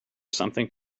something